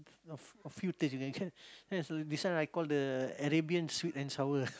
a a a few taste this one I call the Arabian sweet and sour